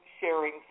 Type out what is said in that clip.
sharing